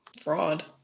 Fraud